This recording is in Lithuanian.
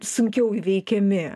sunkiau įveikiami